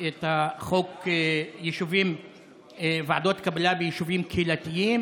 את חוק ועדות קבלה ביישובים קהילתיים,